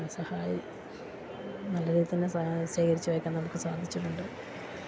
നല്ല രീതിയില്ത്തന്നെ ശേഖരിച്ചുവയ്ക്കാൻ നമുക്കു സാധിച്ചിട്ടുണ്ട്